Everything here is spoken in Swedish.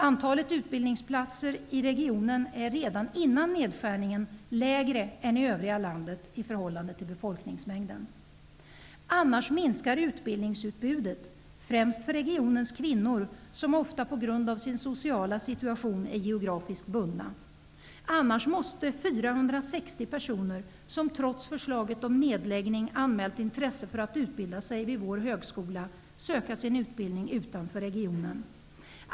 Antalet utbildningsplatser i regionen är redan före nedskärningen lägre än i övriga landet, i förhållande till befolkningsmängden. Annars minskar utbildningsutbudet främst för regionens kvinnor, som ofta på grund av sin sociala situation är geografiskt bundna. Annars måste 460 personer, som trots förslaget om nedläggning anmält intresse för att utbilda sig vid Mälardalens högskola, söka sin utbildning utanför regionen.